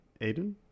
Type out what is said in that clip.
Aiden